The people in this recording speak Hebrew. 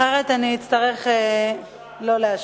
אחרת אני אצטרך לא לאשר.